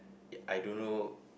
I don't know